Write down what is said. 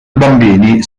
bambini